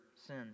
sin